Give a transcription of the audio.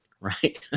right